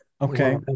okay